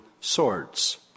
swords